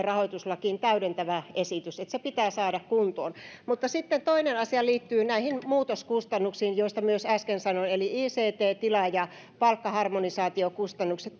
rahoituslakiin täydentävä esitys että se pitää saada kuntoon toinen asia liittyy näihin muutoskustannuksiin joista äsken myös sanoin eli ict tila ja palkkaharmonisaatiokustannuksiin